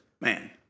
man